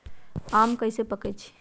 आम कईसे पकईछी?